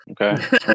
Okay